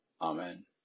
Amen